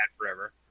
forever